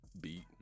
beat